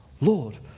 Lord